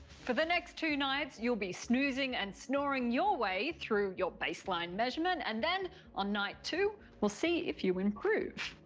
for the next two nights, you'll be snoozing and snoring your way through your baseline measurement, and then on night two, we'll see if you improve.